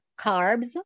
carbs